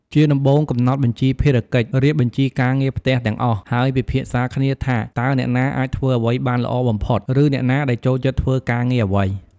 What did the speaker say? ជាដំបូង កំណត់បញ្ជីភារកិច្ច រៀបបញ្ជីការងារផ្ទះទាំងអស់ ហើយពិភាក្សាគ្នាថាតើអ្នកណាអាចធ្វើអ្វីបានល្អបំផុត ឬអ្នកណាដែលចូលចិត្តធ្វើការងារអ្វី។